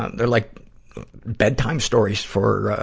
they're like bedtime stories for, ah,